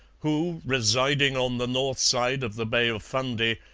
who, residing on the north side of the bay of fundy,